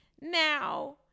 now